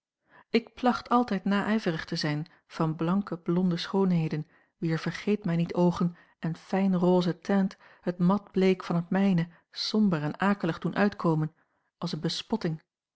ik placht altijd naijverig te zijn van blanke blonde schoonheden wier ver geet mij niet oogen en fijn rose teint het matbleek van het mijne somber en akelig doen uitkomen als eene bespotting